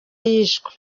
yishwe